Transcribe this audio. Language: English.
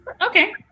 Okay